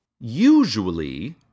Usually